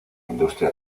industria